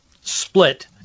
split